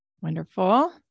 Wonderful